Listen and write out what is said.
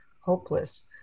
hopeless